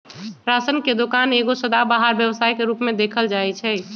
ration के दोकान एगो सदाबहार व्यवसाय के रूप में देखल जाइ छइ